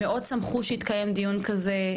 מאוד שמחו שהתקיים דיון כזה.